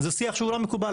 זה שיח לא מקובל.